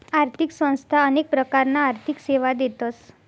आर्थिक संस्था अनेक प्रकारना आर्थिक सेवा देतस